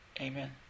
Amen